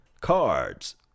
cards